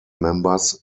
members